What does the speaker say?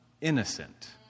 innocent